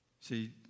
see